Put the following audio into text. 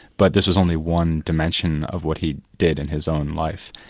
but this was only one dimension of what he did in his own life,